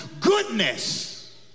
goodness